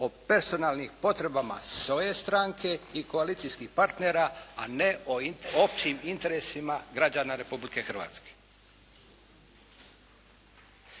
o personalnim potrebama svoje stranke i koalicijskih partnera a ne o općim interesima građana Republike Hrvatske.